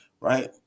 right